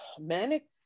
manic